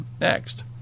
next